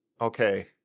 Okay